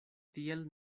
tiel